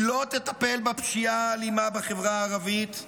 היא לא תטפל בפשיעה האלימה בחברה הערבית,